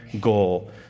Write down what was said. goal